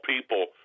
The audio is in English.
people